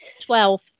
twelve